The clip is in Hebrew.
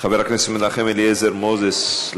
חבר הכנסת מנחם אליעזר מוזס,